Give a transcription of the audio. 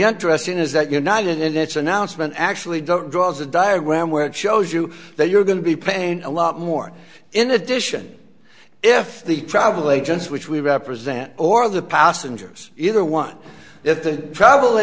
interesting is that united in its announcement actually don't draws a diagram where it shows you that you're going to be paying a lot more in addition if the travel agents which we represent or the passengers either one if the travel